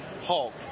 Hulk